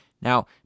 now